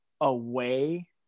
away